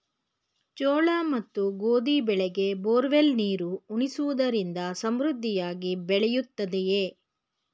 ಜೋಳ ಮತ್ತು ಗೋಧಿ ಬೆಳೆಗೆ ಬೋರ್ವೆಲ್ ನೀರು ಉಣಿಸುವುದರಿಂದ ಸಮೃದ್ಧಿಯಾಗಿ ಬೆಳೆಯುತ್ತದೆಯೇ?